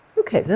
ok, now,